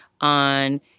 on